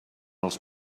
els